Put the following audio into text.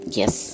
yes